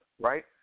right